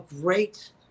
great